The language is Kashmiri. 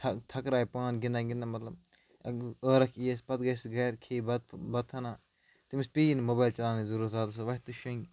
تھ تھکراے پان گِنٛدان گِنٛدان مطلب اگ ٲرَق یِیَس پَتہٕ گژھِ سُہ گَرِ کھیٚیہِ بَت بَتہَنہ تٔمِس پیٚیی نہٕ موبایل چَلاونٕچ ضوٚرتَھ اَگر سُہ وَتھ تہِ شۄنگۍ